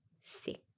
six